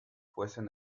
fuesen